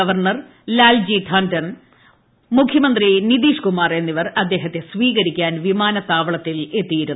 governor Lal ji Tandon മുഖ്യമന്ത്രി നിതീഷ് കുമാർ എന്നിവർ അദ്ദേഹത്തെ സ്വീകരിക്കാൻ വിമാനത്താവളത്തിലെത്തിയിരുന്നു